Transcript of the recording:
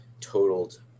totaled